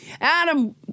Adam